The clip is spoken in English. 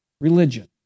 religion